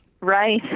Right